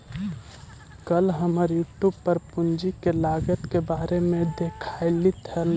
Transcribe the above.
कल हम यूट्यूब पर पूंजी के लागत के बारे में देखालियइ हल